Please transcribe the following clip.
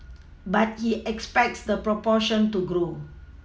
but he expects the proportion to grow